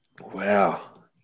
Wow